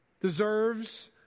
Deserves